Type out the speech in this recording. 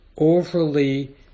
overly